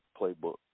playbook